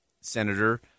Senator